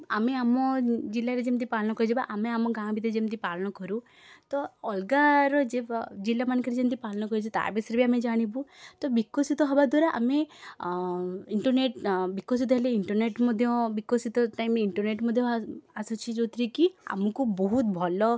ଆମେ ଆମ ଜିଲ୍ଲାରେ ଯେମତି ପାଳନ କରୁଛୁ ବା ଆମେ ଆମ ଗାଁ ଭିତରେ ଯେମିତି ପାଳନ କରୁ ତ ଅଲଗାର ଯେ ବ ଜିଲ୍ଲାମାନଙ୍କରେ ଯେମତି ପାଳନ କରୁଛି ତା' ବିଷୟରେ ବି ଆମେ ଜାଣିବୁ ତ ବିକଶିତ ହେବା ଦ୍ୱାରା ଆମେ ଇଣ୍ଟରନେଟ୍ ବିକଶିତ ହେଲେ ଇଣ୍ଟରନେଟ୍ ମଧ୍ୟ ବିକଶିତ ଟାଇମ୍ ଇଣ୍ଟରନେଟ୍ ମଧ୍ୟ ଆ ଆସୁଛି ଯେଉଁଥିରେକି ଆମକୁ ବହୁତ ଭଲ